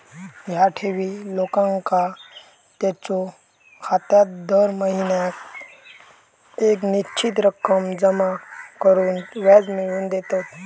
ह्या ठेवी लोकांका त्यांच्यो खात्यात दर महिन्याक येक निश्चित रक्कम जमा करून व्याज मिळवून देतत